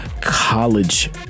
college